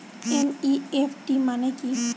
NEFT মনে কি?